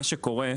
מה שקורה,